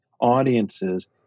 audiences